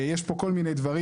יש פה כל מיני דברים.